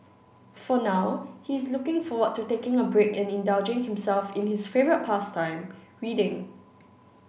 for now he is looking forward to taking a break and indulging himself in his favourite pastime reading